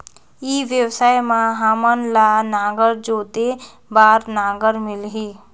ई व्यवसाय मां हामन ला नागर जोते बार नागर मिलही?